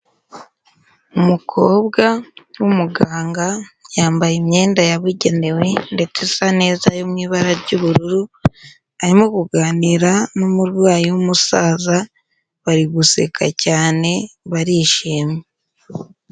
Umukobwa w'umuganga yambaye imyenda yabugenewe ndetse isa neza yo mu ibara ry'ubururu, arimo kuganira n'umurwayi w'umusaza, bari guseka cyane barishimye.